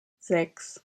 sechs